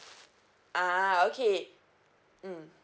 ah okay mm